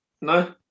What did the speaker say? No